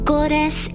Goddess